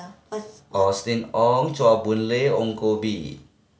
Austen Ong Chua Boon Lay Ong Koh Bee